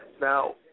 Now